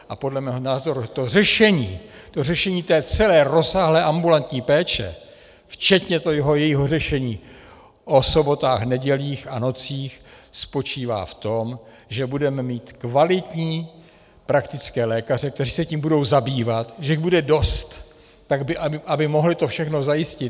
A podle mého názoru to řešení, to řešení celé rozsáhlé ambulantní péče včetně jejího řešení o sobotách, nedělích a nocích, spočívá v tom, že budeme mít kvalitní praktické lékaře, kteří se tím budou zabývat, že jich bude dost, aby to mohli všechno zajistit.